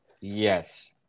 Yes